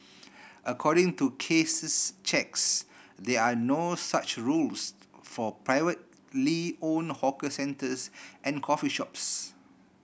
according to Case's checks there are no such rules for privately owned hawker centres and coffee shops